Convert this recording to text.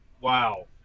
Wow